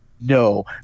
no